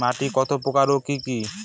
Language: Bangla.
মাটি কতপ্রকার ও কি কী?